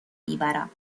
میبرم